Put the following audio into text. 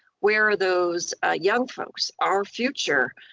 where are those young folks, our future,